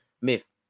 myth